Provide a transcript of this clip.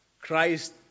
Christ